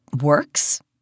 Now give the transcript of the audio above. works